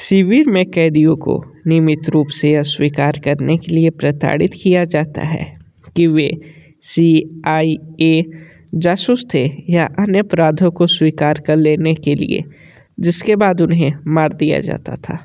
शिविर में कैदियों को नियमित रूप से यह स्वीकार करने के लिए प्रताड़ित किया जाता है कि वे सी आई ए जासूस थे या अन्य अपराधों को स्वीकार कर लेने के लिए जिसके बाद उन्हें मार दिया जाता था